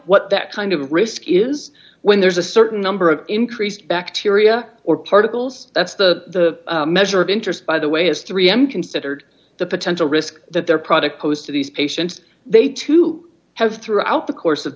what that kind of risk is when there's a certain number of increased back tyria or particles that's the measure of interest by the way as three am considered the potential risk that their product posed to these patients they too have throughout the course of